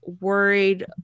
worried